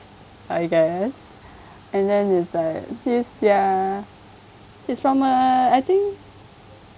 I guess and then it's like he's from a I think